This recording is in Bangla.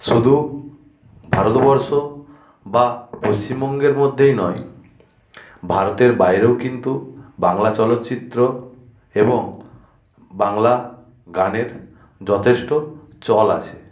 শুধু ভারতবর্ষ বা পশ্চিমবঙ্গের মধ্যেই নয় ভারতের বাইরেও কিন্তু বাংলা চলচ্চিত্র এবং বাংলা গানের যথেষ্ট চল আছে